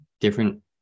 different